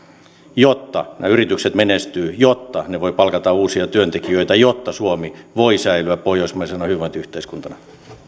jotta ne yritykset menestyvät jotta ne voivat palkata uusia työntekijöitä jotta suomi voi säilyä pohjoismaisena hyvinvointiyhteiskuntana